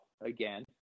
again